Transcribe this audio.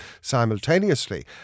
simultaneously